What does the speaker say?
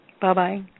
Bye-bye